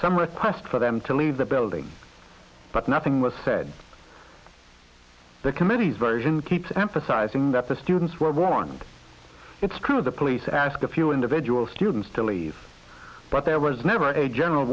request for them to leave the building but nothing was said the committee's version keeps emphasizing that the students were warned it's true the police asked a few individual students to leave but there was never a general